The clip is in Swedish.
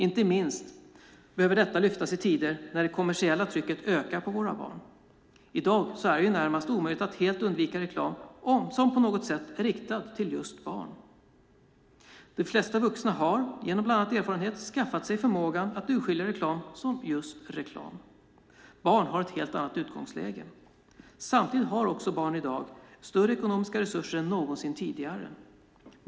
Inte minst behöver detta lyftas fram i tider då det kommersiella trycket ökar på våra barn. I dag är det närmast omöjligt att helt undvika reklam som på något sätt är riktad till just barn. De flesta vuxna har genom bland annat erfarenhet skaffat sig förmågan att urskilja reklam som just reklam. Barn har ett helt annat utgångsläge. Samtidigt har också barn i dag större ekonomiska resurser än någonsin tidigare.